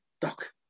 Doc